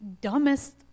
dumbest